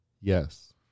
Yes